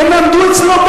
מה הם לא עשו?